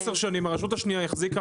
עד לפני עשר שנים הרשות השנייה החזיקה